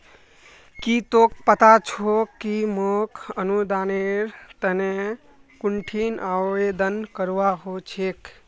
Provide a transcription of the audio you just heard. की तोक पता छोक कि मोक अनुदानेर तने कुंठिन आवेदन करवा हो छेक